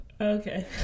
Okay